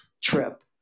trip